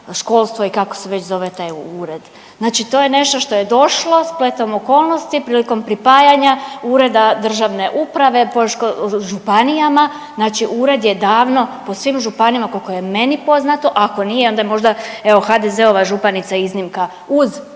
školstvo i kako se već zove taj ured, znači to je nešto došlo spletom okolnosti prilikom pripajanja Ureda državne uprave po županijama, znači ured je davno po svim županijama koliko je meni poznato, a ako nije onda je možda evo HDZ-ova županica iznimka uz